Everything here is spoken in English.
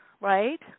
right